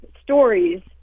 stories